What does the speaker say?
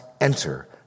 enter